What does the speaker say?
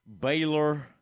Baylor